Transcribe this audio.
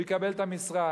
הוא יקבל את המשרה,